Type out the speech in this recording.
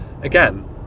again